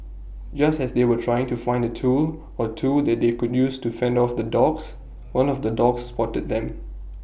just as they were trying to find A tool or two that they could use to fend off the dogs one of the dogs spotted them